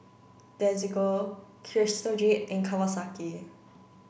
Desigual Crystal Jade and Kawasaki